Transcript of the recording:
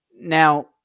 Now